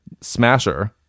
Smasher